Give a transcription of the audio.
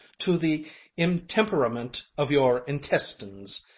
to the imtemperament of your intestines,